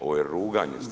Ovo je ruganje.